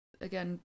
again